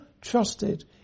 trusted